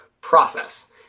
process